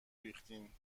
ریختین